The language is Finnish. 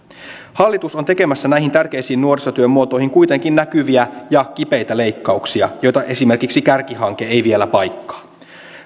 hallitus on tekemässä näihin tärkeisiin nuorisotyön muotoihin kuitenkin näkyviä ja kipeitä leikkauksia joita esimerkiksi kärkihanke ei vielä paikkaa